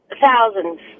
Thousands